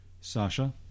Sasha